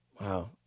Wow